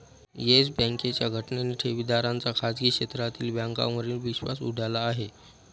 yes बँकेच्या घटनेने ठेवीदारांचा खाजगी क्षेत्रातील बँकांवरील विश्वास उडाला आहे